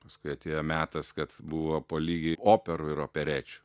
paskui atėjo metas kad buvo po lygiai operų ir operečių